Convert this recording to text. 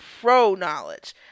pro-knowledge